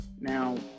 Now